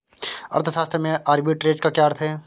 अर्थशास्त्र में आर्बिट्रेज का क्या अर्थ है?